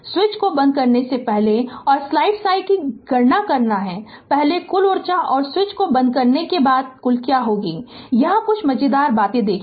switch को बंद करने से पहले और स्लाइड समय की गणना करना है पहले कुल ऊर्जा है और स्विच को बंद करने के बाद कुल क्या है यहाँ कुछ मज़ेदार बात देखेंगे